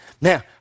Now